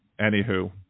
Anywho